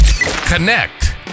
Connect